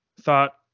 thought